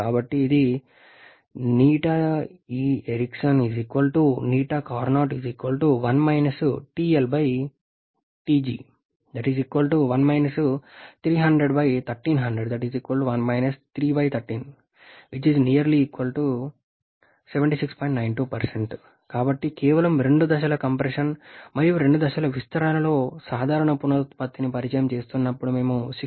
కాబట్టి ఇది కాబట్టి కేవలం రెండు దశల కంప్రెషన్ మరియు రెండు దశల విస్తరణలో సాధారణ పునరుత్పత్తిని పరిచయం చేస్తున్నప్పుడు మేము 68